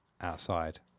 outside